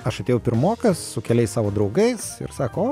aš atėjau pirmokas su keliais savo draugais ir sako o